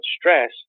stress